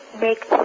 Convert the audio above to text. make